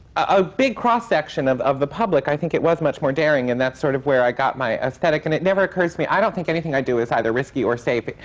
a big cross-section of of the public, i think it was much more daring, and that's sort of where i got my aesthetic. and it never occurs to me, i don't think anything i do is either risky or safe.